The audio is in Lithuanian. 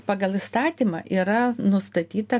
pagal įstatymą yra nustatyta